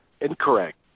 incorrect